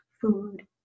food